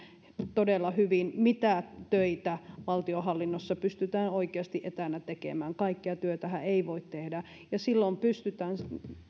todella hyvin mitä töitä valtionhallinnossa pystytään oikeasti etänä tekemään kaikkea työtähän ei voi tehdä ja silloin pystytään